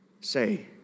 say